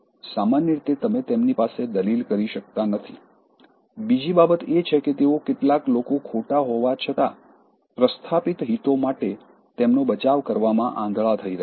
સામાન્ય રીતે તમે તેમની પાસે દલીલ કરી શકતા નથી બીજી બાબત એ છે કે તેઓ કેટલાક લોકો ખોટા હોવા છતાં પ્રસ્થાપિત હિતો માટે તેમનો બચાવ કરવામાં આંધળા થઈ રહ્યા છે